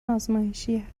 ازمایشی